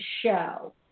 show